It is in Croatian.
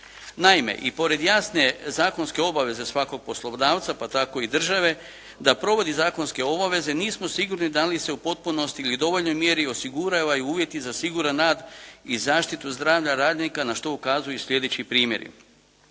Naime, i pored jasne zakonske obaveze svakog poslodavca pa tako i države da provodi zakonske obaveze nismo sigurni da li se u potpunosti ili u dovoljnoj mjeri osiguravaju uvjeti za siguran rad i zaštitu zdravlja radnika na što ukazuju i sljedeći primjeri.